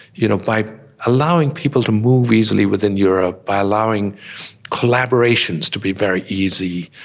you know, by allowing people to move easily within europe, by allowing collaborations to be very easy,